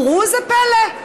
וראו זה פלא,